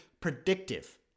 predictive